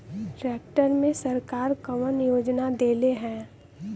Tractor मे सरकार कवन योजना देले हैं?